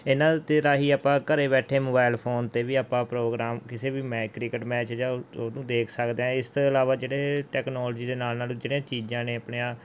ਇਨ੍ਹਾਂ ਦੇ ਰਾਹੀਂ ਆਪਾਂ ਘਰ ਬੈਠੇ ਮਬੈਲ ਫੋਨ 'ਤੇ ਵੀ ਆਪਾਂ ਪ੍ਰੋਗਰਾਮ ਕਿਸੇ ਵੀ ਮੈ ਕ੍ਰਿਕਟ ਮੈਚ ਜਾਂ ਉ ਉਹਨੂੰ ਦੇਖ ਸਕਦੇ ਹਾਂ ਇਸ ਤੋਂ ਇਲਾਵਾ ਜਿਹੜੇ ਟੈਕਨੋਲਜੀ ਦੇ ਨਾਲ ਨਾਲ ਜਿਹੜੀਆਂ ਚੀਜ਼ਾਂ ਨੇ ਆਪਣੀਆਂ